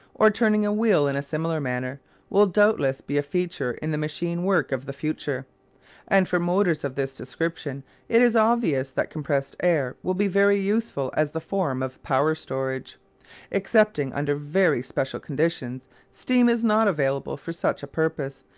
or turning a wheel in a similar manner will doubtless be a feature in the machine work of the future and for motors of this description it is obvious that compressed air will be very useful as the form of power-storage. excepting under very special conditions, steam is not available for such a purpose,